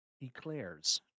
Eclairs